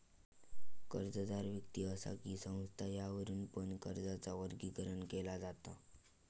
कर्जदार व्यक्ति असा कि संस्था यावरुन पण कर्जाचा वर्गीकरण केला जाता